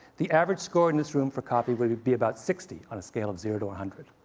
the average score in this room for coffee would would be about sixty on a scale of zero to one hundred.